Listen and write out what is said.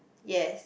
yes